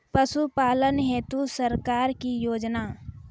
पशुपालन हेतु सरकार की योजना?